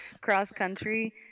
cross-country